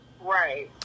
Right